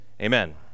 amen